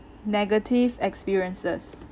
negative experiences